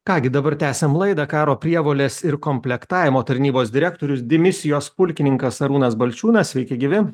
ką gi dabar tęsiam laidą karo prievolės ir komplektavimo tarnybos direktorius dimisijos pulkininkas arūnas balčiūnas sveiki gyvi